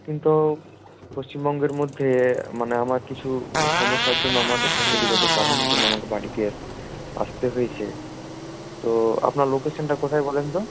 কিন্তু পশ্চিমবঙ্গের মধ্যে মানে আমার কিছু সমস্যার জন্য আমাকে ফ্যামিলিগত কারণের জন্য আমাকে বাড়িতে আসতে হয়েছে তো আপনার লোকেশানটা কোথায় বলেন তো